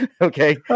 Okay